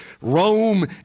Rome